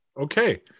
Okay